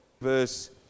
verse